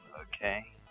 Okay